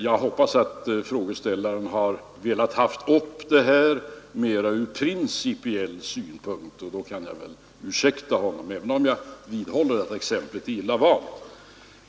Jag hoppas att frågeställaren har velat ta upp problemet mer ur principiell synpunkt, och då kan jag ursäkta honom även om jag vidhåller att exemplet är illa valt.